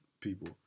people